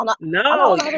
No